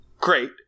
great